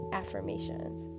affirmations